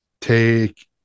take